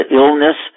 illness